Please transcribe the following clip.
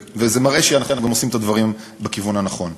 וזה מראה שאנחנו גם עושים את הדברים בכיוון הנכון.